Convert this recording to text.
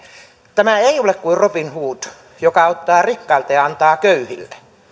tämä ei ole kuin rodin hood joka ottaa rikkailta ja antaa köyhille